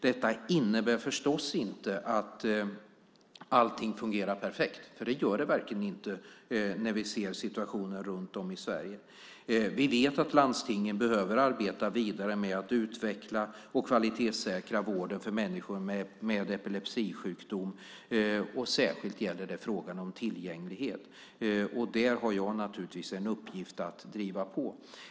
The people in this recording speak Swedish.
Detta innebär förstås inte att allting fungerar perfekt, för det gör det verkligen inte när vi ser situationen runt om i Sverige. Vi vet att landstingen behöver arbeta vidare med att utveckla och kvalitetssäkra vården för människor med epilepsisjukdom, och särskilt gäller det frågan om tillgänglighet. Där har jag naturligtvis en uppgift att driva på.